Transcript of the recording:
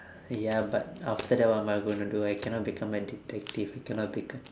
ya but after that what am I going to do I cannot become a detective I cannot become